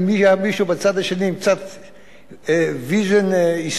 אם היה מישהו בצד השני עם קצת vision היסטורי.